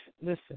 listen